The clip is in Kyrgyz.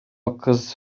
кыз